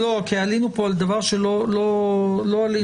עלינו פה על דבר שלא עלינו עליו.